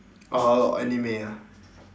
uh anime ah